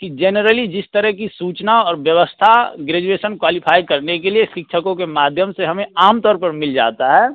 कि जेनरली जिस तरह की सूचना और व्यवस्था ग्रेजुएशन क्वालीफ़ाई करने के लिए सिक्षकों के माध्यम से हमें आम तौर पर मिल जाता है